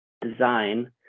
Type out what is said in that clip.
design